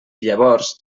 llavors